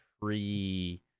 pre